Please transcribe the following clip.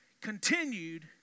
continued